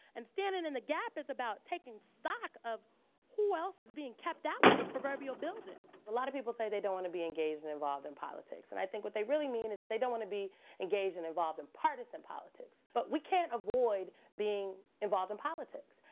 and standing in the gap is taking stock of who else is being kept out of the proverbial building? a lot of people say they don't want to be engaged and involved in politics. and i think what they really mean is that they don't want to be engaged and involved in partisan politics, but we can't avoid being involved in politics.